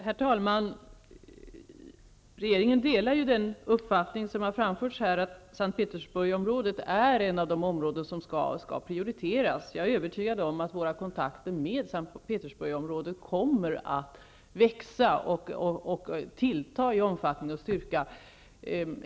Herr talman! Regeringen delar uppfattningen som har framförts här att S:t Petersburgsområdet är en av de områden som skall prioriteras. Jag är övertygad om att våra kontakter med S:t Petersburg kommer att växa och tillta i omfattning och styrka.